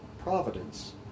providence